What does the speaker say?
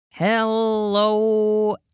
Hello